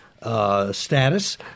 status